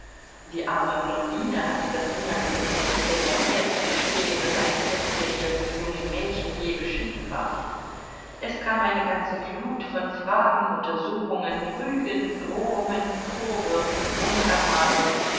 die arme blondine hatte das unangenehmste tte tte zu bestehen das einem sechzehnjährigen jungen mädchen je beschieden war es kam eine ganze flut von fragen untersuchungen rügen drohungen vorwürfen und ermahnungen